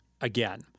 again